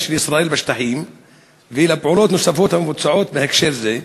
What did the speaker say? של ישראל בשטחים ולפעולות נוספות הנעשות בהקשר זה.